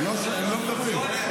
הם לא מדברים.